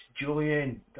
Julian